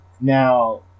Now